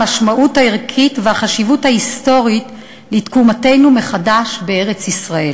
המשמעות הערכית והחשיבות ההיסטורית של תקומתנו בארץ-ישראל.